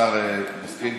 השר מסכים?